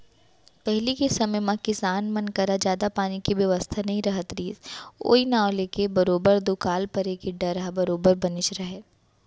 पहिली के समे म किसान मन करा जादा पानी के बेवस्था नइ रहत रहिस ओई नांव लेके बरोबर दुकाल परे के डर ह बरोबर बनेच रहय